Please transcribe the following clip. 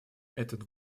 этот